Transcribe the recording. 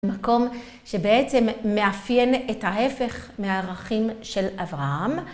מקום שבעצם מאפיין את ההפך מהערכים של אברהם.